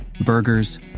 Burgers